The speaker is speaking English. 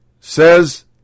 says